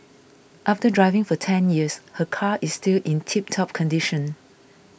after driving for ten years her car is still in tiptop condition